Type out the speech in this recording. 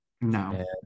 no